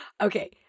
Okay